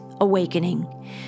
awakening